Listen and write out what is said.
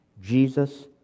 Jesus